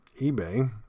eBay